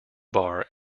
bar